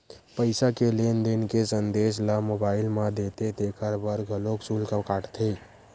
पईसा के लेन देन के संदेस ल मोबईल म देथे तेखर बर घलोक सुल्क काटथे